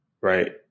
right